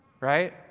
Right